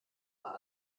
mal